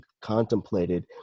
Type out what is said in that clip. contemplated